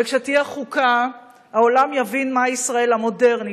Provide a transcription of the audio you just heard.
וכשתהיה חוקה העולם יבין מהי ישראל המודרנית,